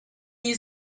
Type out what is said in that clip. you